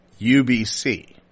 UBC